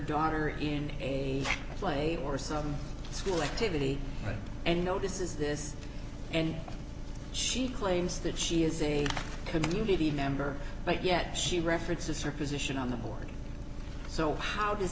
daughter in a play or some school activity and you know this is this and she claims that she is a community member but yet she references her position on the board so how does